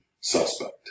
suspect